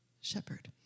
Shepherd